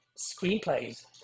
screenplays